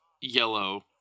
yellow